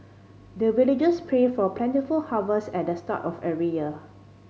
the villagers pray for plentiful harvest at the start of every year